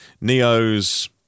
Neo's